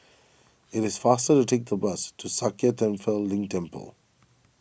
it is faster to take the bus to Sakya Tenphel Ling Temple